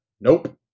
Nope